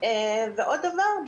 עוד דבר,